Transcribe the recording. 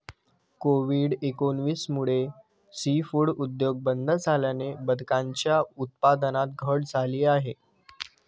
Covid एकोणीस मुळे seafood उद्योग बंद झाल्याने बदकांच्या उत्पादनात घट झाली आहे